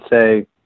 say